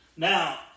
Now